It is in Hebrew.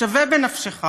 שווה בנפשך